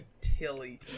Tilly